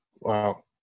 Wow